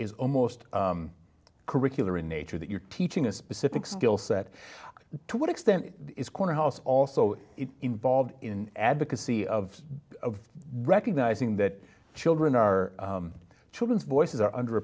is almost curricular in nature that you're teaching a specific skill set to what extent is corner house also involved in advocacy of recognizing that children are children's voices are